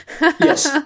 Yes